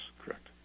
correct